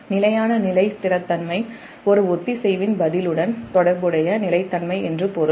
நிலையான நிலைத்தன்மை ஒரு ஒத்திசைவு பதிலுடன் தொடர்புடைய நிலைத்தன்மை என்று பொருள்